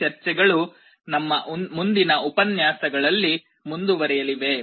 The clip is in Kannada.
ಈ ಚರ್ಚೆಗಳು ನಮ್ಮ ಮುಂದಿನ ಉಪನ್ಯಾಸಗಳಲ್ಲಿ ಮುಂದುವರಿಯಲಿವೆ